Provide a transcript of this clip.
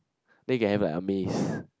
then you have like a maze